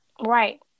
Right